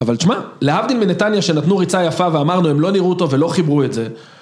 אבל תשמע, להבדיל מנתניה שנתנו ריצה יפה ואמרנו, הם לא נראו טוב ולא חיברו את זה.